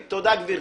תודה, גברתי.